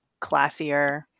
classier